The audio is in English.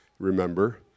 remember